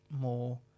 more